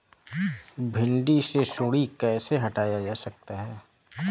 भिंडी से सुंडी कैसे हटाया जा सकता है?